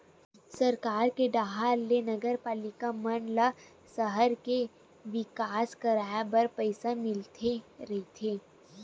सरकार के डाहर ले नगरपालिका मन ल सहर के बिकास कराय बर पइसा मिलते रहिथे